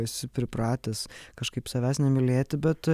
esi pripratęs kažkaip savęs nemylėti bet